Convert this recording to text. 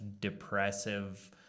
depressive